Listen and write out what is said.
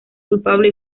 culpable